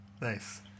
Nice